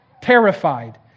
Terrified